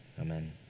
Amen